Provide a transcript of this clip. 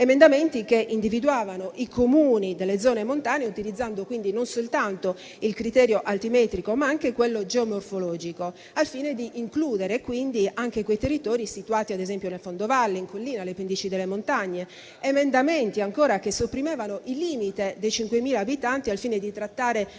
emendamenti che individuavano i Comuni delle zone montane utilizzando non soltanto il criterio altimetrico, ma anche quello geomorfologico, al fine di includere anche quei territori situati, ad esempio, nel fondovalle, in collina, alle pendici delle montagne. Emendamenti, ancora, che sopprimevano il limite dei 5.000 abitanti, al fine di trattare